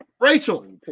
Rachel